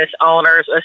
owners